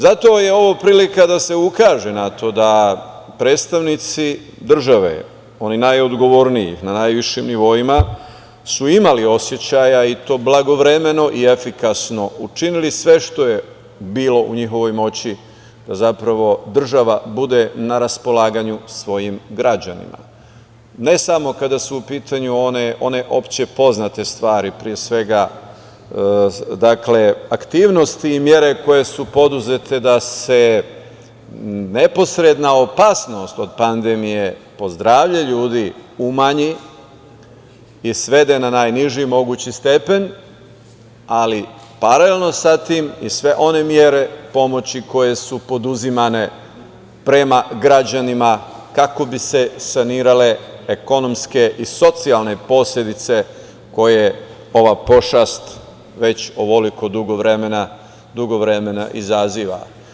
Zato je ovo prilika da se ukaže na to da predstavnici države, oni najodgovorniji, na najvišim nivoima su imali osećaja, i to blagovremeno i efikasno učinili sve što je bilo u njihovoj moći da država bude na raspolaganju svojim građanima, ne samo kada su u pitanju one opšte poznate stvari, pre svega, aktivnosti i mere koje su preduzete da se neposredna opasnost od pandemije po zdravlje ljudi umanji i svede na najniži mogući stepen, ali paralelno sa tim i sve one mere pomoći koje su poduzimane prema građanima kako bi se sanirale ekonomske i socijalne posledice koje ova pošast već ovoliko dugo vremena izaziva.